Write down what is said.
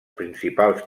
principals